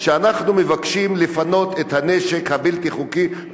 אנחנו מבקשים לפנות את הנשק הבלתי-חוקי,